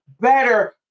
better